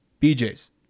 BJ's